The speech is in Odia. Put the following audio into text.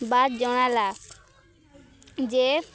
ବଦ୍ ଜଣାଲା ଯେ